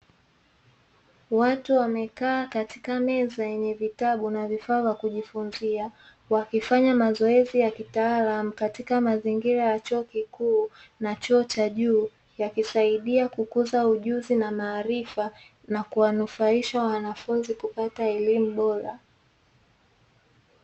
Watu wamekaa katika meza yenye vitabu na vifaa vya kujifunzia, wakifanya mazoezi ya kitaalamu katika mazingira ya chuo kikuu na chuo cha juu. Yakisaidia kukuza ujuzi na maarifa na kuwanufaisha wanafunzi kupata elimu bora.